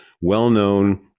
well-known